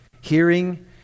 hearing